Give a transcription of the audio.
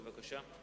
בבקשה.